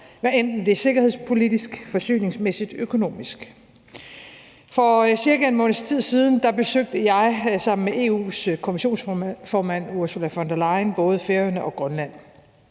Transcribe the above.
hvad enten det er sikkerhedspolitisk, forsyningsmæssigt eller økonomisk. For cirka en måneds tids siden besøgte jeg sammen med EU's kommissionsformand, Ursula von der Leyen, både Færøerne og Grønland.